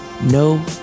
no